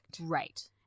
Right